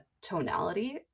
tonality